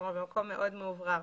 כלומר, במקום מאוד מאוורר.